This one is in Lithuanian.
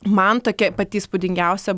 man tokia pati įspūdingiausia